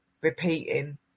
repeating